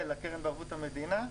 של הקרן בערבות המדינה?